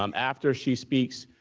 um after she speaks,